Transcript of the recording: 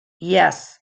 yes